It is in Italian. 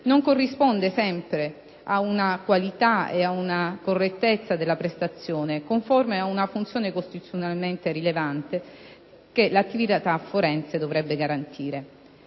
non corrispondono sempre una qualità e una correttezza della prestazione, conformi ad una funzione costituzionalmente rilevante che l'attività forense dovrebbe garantire.